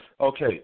okay